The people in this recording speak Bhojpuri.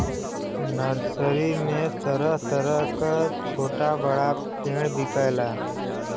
नर्सरी में तरह तरह क छोटा बड़ा पेड़ बिकला